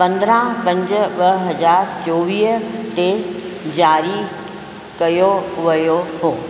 पंदरहां पंज ॿ हज़ार चोवीह ते जारी कयो वियो हो